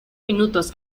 minutos